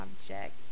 object